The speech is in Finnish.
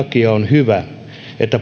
hyvä että